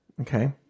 Okay